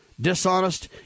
dishonest